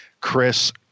Chris